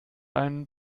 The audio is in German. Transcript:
ein